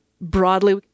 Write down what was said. broadly